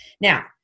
Now